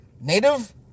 Native